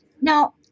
now